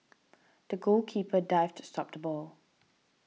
the goalkeeper dived to stop the ball